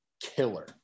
killer